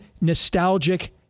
nostalgic